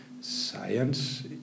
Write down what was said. science